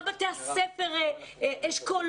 כל בתי הספר כמו אשכולות,